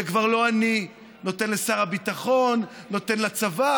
זה כבר לא אני, נותן לשר הביטחון, נותן לצבא.